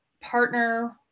partner